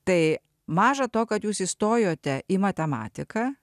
tai maža to kad jūs įstojote į matematiką